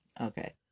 Okay